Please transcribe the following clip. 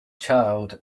child